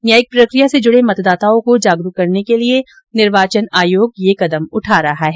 न्यायिक प्रक्रिया से जुडे मतदाताओं को जागरूक करने के लिये निर्वाचन आयोग ये कदम उठा रहा है